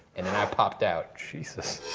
and and i popped out. jesus.